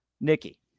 Nikki